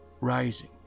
rising